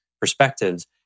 perspectives